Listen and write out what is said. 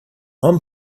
i’m